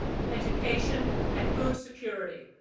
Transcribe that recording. education and food security.